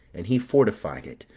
and he fortified it,